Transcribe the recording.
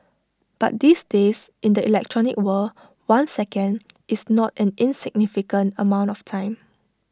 but these days in the electronic world one second is not an insignificant amount of time